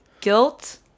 Guilt